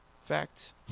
fact